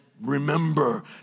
remember